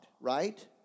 right